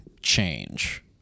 change